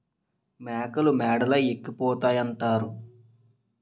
మేకలు మేడలే ఎక్కిపోతాయంతారు